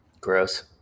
Gross